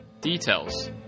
Details